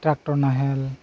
tractor ᱱᱟᱦᱮᱞ